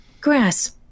grass